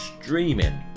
streaming